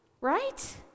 right